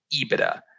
EBITDA